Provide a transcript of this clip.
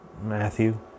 Matthew